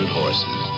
horses